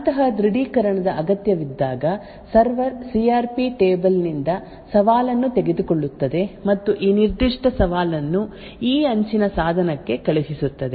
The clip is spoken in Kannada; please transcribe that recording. ಅಂತಹ ದೃಢೀಕರಣದ ಅಗತ್ಯವಿದ್ದಾಗ server C R P table ನಿಂದ ಸವಾಲನ್ನು ತೆಗೆದುಕೊಳ್ಳುತ್ತದೆ ಮತ್ತು ಈ ನಿರ್ದಿಷ್ಟ ಸವಾಲನ್ನು ಈ ಅಂಚಿನ ಸಾಧನಕ್ಕೆ ಕಳುಹಿಸುತ್ತದೆ